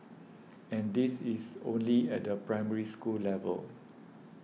and this is only at the Primary School level